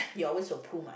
he always will pull my